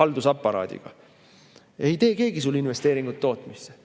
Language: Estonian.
haldusaparaadiga. Ja ei teegi keegi enam sul investeeringut tootmisse.